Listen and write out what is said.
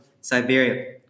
Siberia